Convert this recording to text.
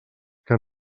que